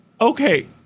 Okay